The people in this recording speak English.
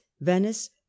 venice